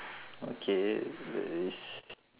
okay